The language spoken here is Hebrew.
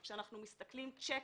כשאנחנו מסתכלים: צ'ק,